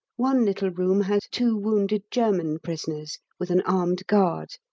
one little room had two wounded german prisoners, with an armed guard.